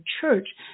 church